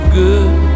good